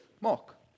Mark